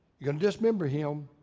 you're gonna dismember him.